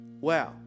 wow